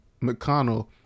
McConnell